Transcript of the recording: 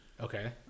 Okay